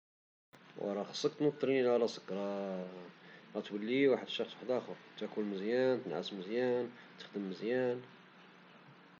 ورا خصك تنوض تريني على راسك، راه غتولي واحد الشخص واحد آخر. تاكل مزيان، تنعس مزيان، تخدم مزيان